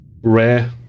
Rare